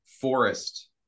forest